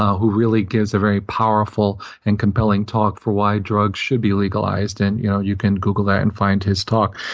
who really gives a very powerful and compelling talk for why drugs should be legalized. and you know you can google that and find his talk.